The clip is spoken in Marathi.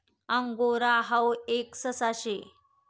अंगोरा हाऊ एक ससा शे